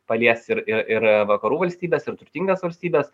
palies ir ir ir vakarų valstybes ir turtingas valstybes